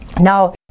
Now